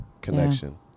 connection